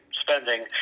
spending